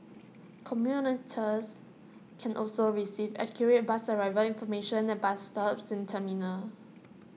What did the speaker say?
commuters can also receive accurate bus arrival information at bus stops and terminals